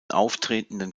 auftretenden